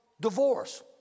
divorce